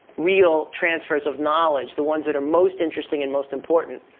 real transfers of knowledge, the ones that are most interesting and most important,